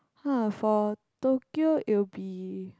!huh! for Tokyo it'll be